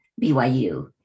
BYU